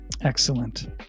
Excellent